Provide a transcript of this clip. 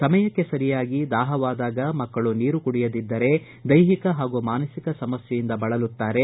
ಸಮಯಕ್ಕೆ ಸರಿಯಾಗಿ ದಾಹವಾದಾಗ ಮಕ್ಕಳು ನೀರು ಕುಡಿಯದಿದ್ದರೆ ದೈಹಿಕ ಹಾಗೂ ಮಾನಸಿಕ ಸಮಸ್ಥೆಯಿಂದ ಬಳಲುತ್ತಾರೆ